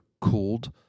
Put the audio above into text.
cooled